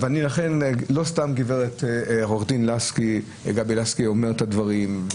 לא סתם עורכת הדין גבי לסקי אומרת את הדברים.